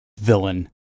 villain